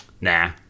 nah